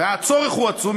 הצורך הוא עצום.